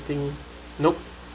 thing nope